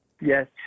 Yes